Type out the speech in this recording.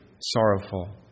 sorrowful